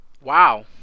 Wow